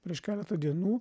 prieš keletą dienų